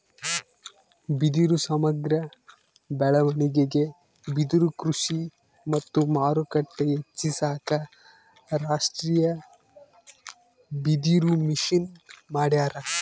ಬಿದಿರು ಸಮಗ್ರ ಬೆಳವಣಿಗೆಗೆ ಬಿದಿರುಕೃಷಿ ಮತ್ತು ಮಾರುಕಟ್ಟೆ ಹೆಚ್ಚಿಸಾಕ ರಾಷ್ಟೀಯಬಿದಿರುಮಿಷನ್ ಮಾಡ್ಯಾರ